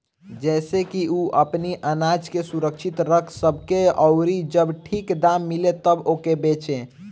जेसे की उ अपनी आनाज के सुरक्षित रख सके अउरी जब ठीक दाम मिले तब ओके बेचे